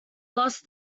lost